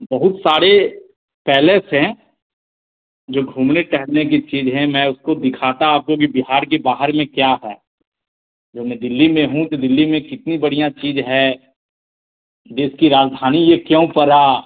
बहुत सारे पैलेस हैं जो घूमने टहलने की चीज़ है मैं उसको दिखाता आपको कि बिहार के बाहर में क्या है जो मैं दिल्ली मैं हूँ तो दिल्ली में कितनी बढ़िया चीज़ है देश की राजधानी यह क्यों पड़ा